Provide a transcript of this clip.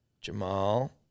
Jamal